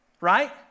Right